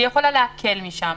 והיא יכולה להקל משם.